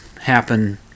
happen